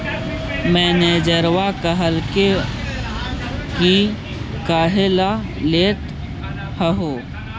मैनेजरवा कहलको कि काहेला लेथ हहो?